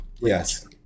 Yes